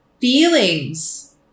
feelings